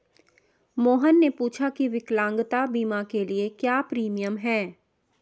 मोहन ने पूछा की विकलांगता बीमा के लिए क्या प्रीमियम है?